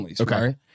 Okay